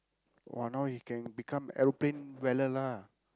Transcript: !wah! now he can become aeroplane வேலை:veelai lah